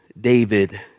David